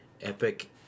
Epic